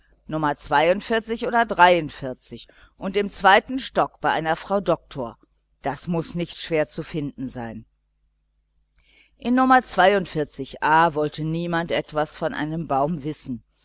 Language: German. nr oder und im zweiten stock und bei einer frau doktor das mußte nicht schwer zu finden sein in nr a wollte niemand etwas von dem baum wissen